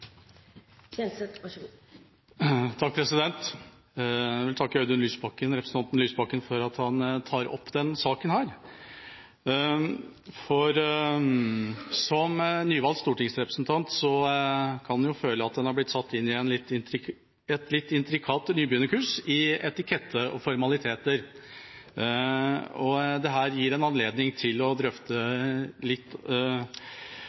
Jeg vil takke representanten Audun Lysbakken for at han tar opp denne saken. Som nyvalgt stortingsrepresentant kan en jo føle at en har blitt satt inn i et litt intrikat nybegynnerkurs i etikette og formaliteter. Dette gir en anledning til å